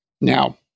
Now